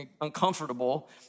uncomfortable